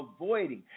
avoiding